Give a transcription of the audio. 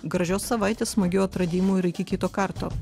gražios savaitės smagių atradimų ir iki kito karto